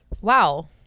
Wow